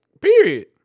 Period